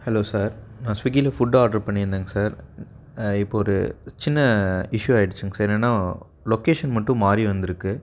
hello sir நான் ஸ்விக்கியில் food order பண்ணிருந்தேங்க சார் இப்போது ஒரு சின்ன இஷ்யூ ஆகிடுச்சிங்க சார் என்னன்னா லொக்கேஷன் மட்டும் மாறி வந்திருக்கு